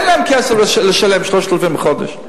אין להם כסף לשלם 3,000 בחודש,